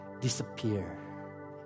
disappear